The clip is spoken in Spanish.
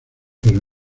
pero